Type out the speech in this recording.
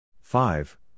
Five